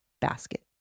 basket